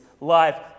life